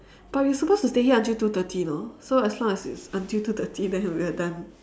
but we are supposed to stay here until two thirty you know so as long as it's until two thirty then we are done